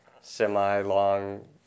semi-long